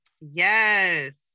Yes